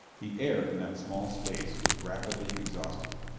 the air in that small space was rapidly exhausted.